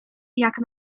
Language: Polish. jak